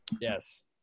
Yes